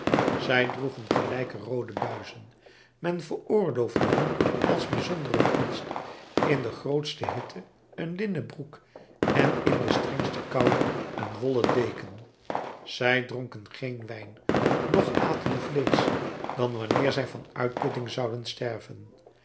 zij droegen gelijke roode buizen men veroorloofde hun als bijzondere gunst in de grootste hitte een linnen broek en in de strengste koude een wollen deken zij dronken geen wijn noch aten vleesch dan wanneer zij van uitputting zouden sterven